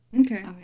Okay